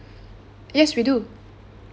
yes we do